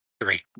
three